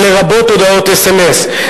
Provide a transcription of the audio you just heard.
לרבות הודעות אס.אם.אס,